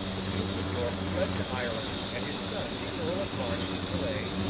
the duke of york fled to ireland, and his son the earl of march to calais,